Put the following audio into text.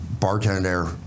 bartender